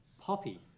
poppy